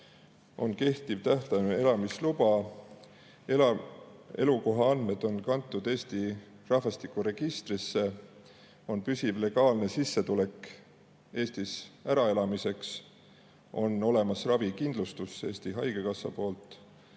on kehtiv tähtajaline elamisluba, [tema] elukoha andmed on kantud Eesti rahvastikuregistrisse, [tal] on püsiv legaalne sissetulek Eestis äraelamiseks ja [tal] on olemas ravikindlustus Eesti haigekassa poolt.